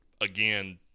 again